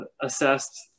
assessed